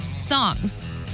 songs